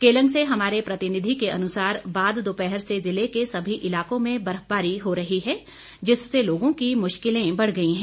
केलंग से हमारे प्रतिनिधि के अनुसार बाद दोपहर से जिले के सभी इलाकों में बर्फबारी हो रही है जिससे लोगों की मुश्किलें बढ़ गई हैं